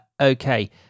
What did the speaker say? Okay